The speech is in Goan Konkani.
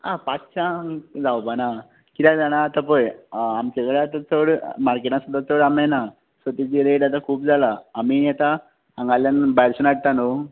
आं पात्शांक जावपा ना किद्याक जाणा आतां पळय आमचे कडेन आतां चड मार्केटान सुद्दां चड आंबे ना सो तेची रेट आतां खूब जाला आमी आतां हांगाल्ल्यान भायरसून हाडटा न्हय